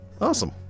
Awesome